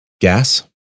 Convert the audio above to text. Gas